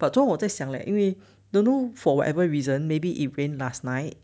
but 中午我在想 leh 因为 don't know for whatever reason maybe it rained last night